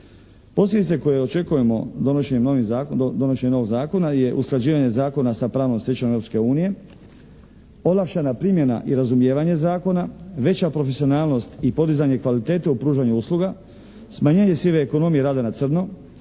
Posljedice koje očekujemo donošenjem novog zakona je usklađivanje zakona sa pravnom stečevinom Europske unije, olakšana primjena i razumijevanje zakona, veća profesionalnost i podizanje kvalitete u pružanju usluga, smanjenje sive ekonomije rada na crno,